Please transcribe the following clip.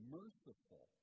merciful